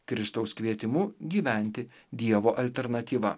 kristaus kvietimu gyventi dievo alternatyva